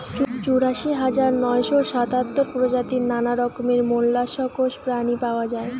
চুরাশি হাজার নয়শ সাতাত্তর প্রজাতির নানা রকমের মোল্লাসকস প্রাণী পাওয়া যায়